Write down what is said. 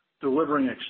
delivering